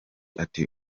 ati